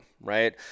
right